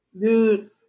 Dude